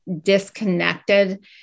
disconnected